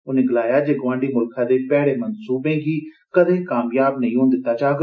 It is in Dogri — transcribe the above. उन्नें गलाया जे गोआंड़ी मुल्खै दे भैडे मनसूबें गी कदें कामयाब नेई होन दिता जाग